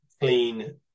clean